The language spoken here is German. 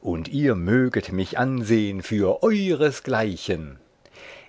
und ihr möget mich ansehen für euresgleichen